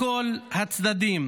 לכל הצדדים.